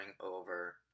over